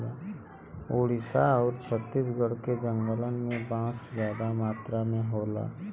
ओडिसा आउर छत्तीसगढ़ के जंगलन में बांस जादा मात्रा में होला